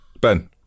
Ben